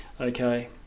okay